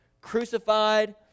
crucified